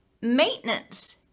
maintenance